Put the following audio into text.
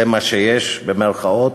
"זה מה שיש" במירכאות,